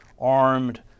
armed